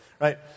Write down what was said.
right